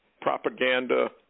propaganda